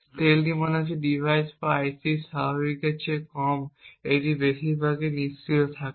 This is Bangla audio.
স্টিলথি মানে হল ডিভাইস বা IC এর স্বাভাবিক কাজের সময় এটি বেশিরভাগই নিষ্ক্রিয় থাকে